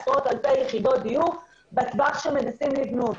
עשרות אלפי יחידות דיור בטווח שמנסים לבנות.